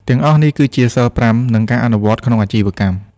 ទាំងអស់នេះ គឺជាសីល៥ និងការអនុវត្តក្នុងអាជីវកម្ម។